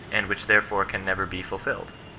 and which therefore can never be fulfilled.